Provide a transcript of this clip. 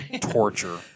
torture